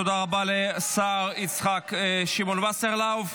תודה רבה לשר יצחק שמעון וסרלאוף.